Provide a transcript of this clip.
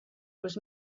was